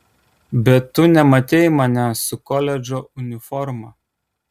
bet tu nematei manęs su koledžo uniforma